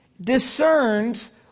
discerns